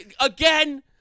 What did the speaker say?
Again